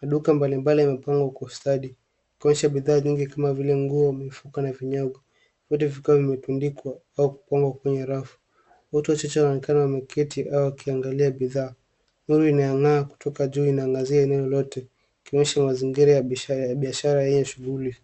Maduka mbalimbali yamepangwa kwa ustadi yakionyesha bidhaa nyingi kama vile nguo, mifuko na vinyao huenda vikawa vimetundikwa au kupangwa kwenye rafu. Watu wachache wanaonekana wameketi au wakiangalia bidhaa. Taa inayong'aa kutoka juu inaangazia eneo lote ikionyesha mazingira ya biashara hii ya shughuli.